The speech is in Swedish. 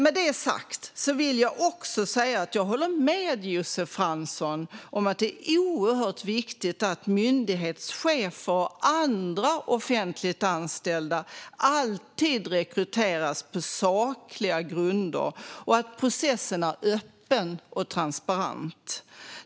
Med det sagt vill jag också säga att jag håller med Josef Fransson om att det är oerhört viktigt att myndighetschefer och andra offentligt anställda alltid rekryteras på sakliga grunder och att processen är öppen och transparent.